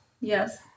Yes